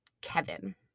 kevin